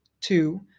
two